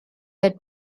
that